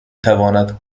تواند